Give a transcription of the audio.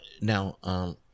now